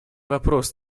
вопрос